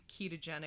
ketogenic